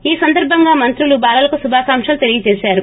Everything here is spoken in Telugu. ఈ సందర్భంగా మంత్రులు బాలలకు శుభాకాంక్షలు తెలియజేశారు